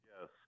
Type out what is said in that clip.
Yes